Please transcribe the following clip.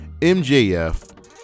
MJF